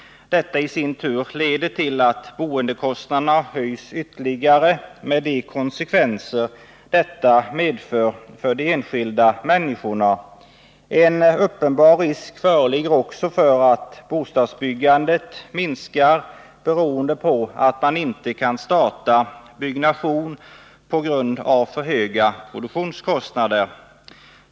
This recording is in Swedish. Detta i sin tur leder till att boendekostnaderna höjs ytterligare, vilket får konsekvenser för de enskilda människorna. En uppenbar risk föreligger också för att bostadsbyggandet minskar beroende på att man inte kan starta byggnation på grund av för höga produktionskostnader.